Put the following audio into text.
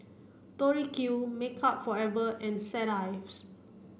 Tori Q Makeup Forever and Set Ives